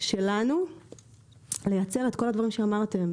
שלנו לייצר את כל הדברים שאמרתם.